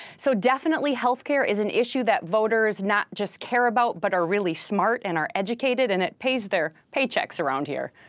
so, definitely, health care is an issue that voters not just care about, but are really smart and are educated. and it pays their paychecks around here.